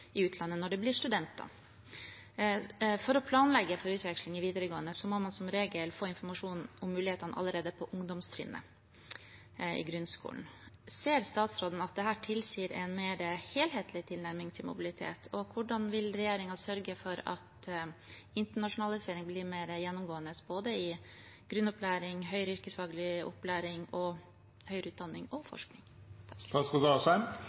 i utlandet når de blir studenter. For å planlegge for utveksling i videregående må man som regel få informasjon om mulighetene allerede på ungdomstrinnet, i grunnskolen. Ser statsråden at dette tilsier en mer helhetlig tilnærming til mobilitet, og hvordan vil regjeringen sørge for at internasjonalisering blir mer gjennomgående både i grunnopplæring, høyere yrkesfaglig opplæring og høyere utdanning – og